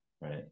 Right